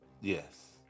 Yes